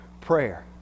prayer